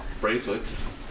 bracelets